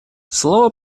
слово